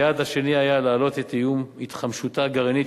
היעד השני היה להעלות את איום התחמשותה הגרעינית